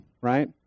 right